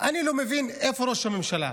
אני לא מבין איפה ראש הממשלה.